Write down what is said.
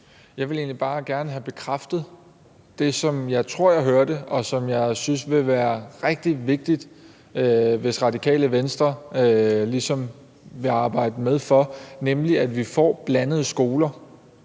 Jeg vil egentlig bare gerne have bekræftet det, som jeg tror jeg hørte, og som jeg synes vil være rigtig vigtigt hvis Radikale Venstre ligesom vil arbejde for, nemlig at vi får blandede skoler.